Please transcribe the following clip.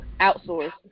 outsource